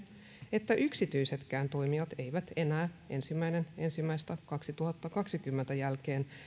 että yksityisetkään toimijat eivät enää ensimmäinen ensimmäistä kaksituhattakaksikymmentä jälkeen